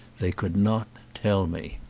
they could not tell me.